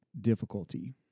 difficulty